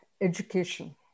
education